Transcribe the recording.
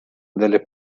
delle